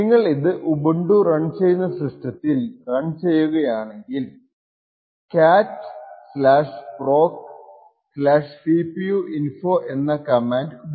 നിങ്ങൾ ഇത് Ubuntu run ചെയ്യുന്ന സിസ്റ്റത്തിൽ റൺ ചെയ്യുകയാണെങ്കിൽ cat proccpuinfo എന്ന കമാൻഡ് ഉപയോഗിക്കാം